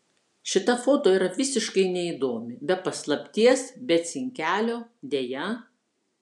šita foto yra visiškai neįdomi be paslapties be cinkelio deja